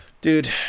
Dude